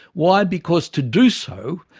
why? because to do so,